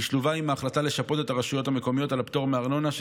היא שלובה עם ההחלטה לשפות את הרשויות המקומיות על הפטור מארנונה,